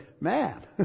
Man